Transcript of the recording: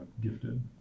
gifted